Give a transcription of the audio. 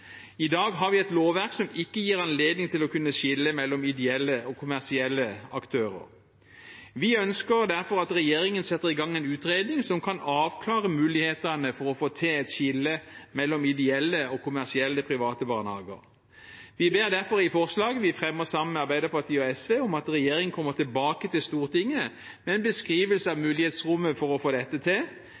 I dag har vi et lovverk som ikke gir anledning til å kunne skille mellom ideelle og kommersielle aktører. Vi ønsker derfor at regjeringen setter i gang en utredning som kan avklare mulighetene for å få til et skille mellom ideelle og kommersielle private barnehager. Vi ber derfor i forslaget vi fremmer sammen med Arbeiderpartiet og SV, om at regjeringen kommer tilbake til Stortinget med en beskrivelse av mulighetsrommet for å få dette til,